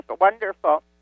wonderful